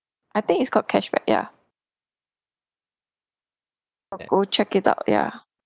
I think it's called cashback ya go check it out ya